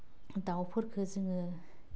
दाउफोरखौ जोङो